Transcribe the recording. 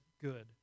good